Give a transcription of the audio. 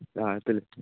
آ تُلِو تُلِو